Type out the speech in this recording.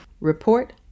Report